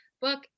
book